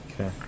Okay